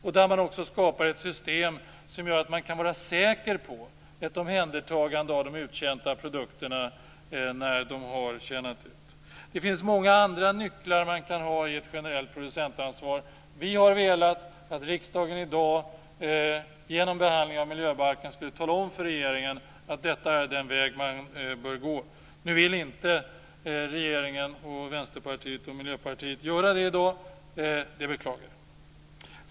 Det gäller också att ett system skapas som gör att man kan vara säker på att det sker ett omhändertagande av produkter som har tjänat ut. Det finns många andra nycklar man kan ha i ett generellt producentansvar. Vi har velat att riksdagen i dag genom behandlingen av miljöbalken skulle tala om för regeringen att detta är den väg man bör gå. Nu vill inte regeringen, Vänsterpartiet och Miljöpartiet göra det i dag. Det beklagar jag.